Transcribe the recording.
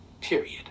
period